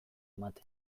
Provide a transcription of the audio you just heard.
ematen